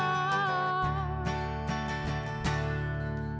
ah